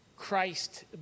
christ